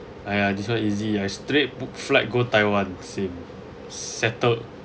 !aiya! this one easy ya I straight book flight go taiwan same settled